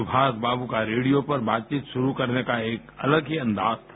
सुभाषबाबू का रेडियो पर बातचीत शुरू करने का एक अलग ही अंदाज था